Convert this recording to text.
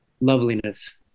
loveliness